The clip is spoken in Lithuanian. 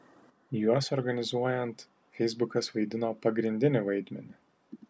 juos organizuojant feisbukas vaidino pagrindinį vaidmenį